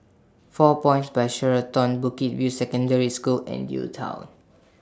four Points By Sheraton Bukit View Secondary School and UTown